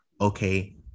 okay